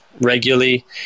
regularly